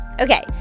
Okay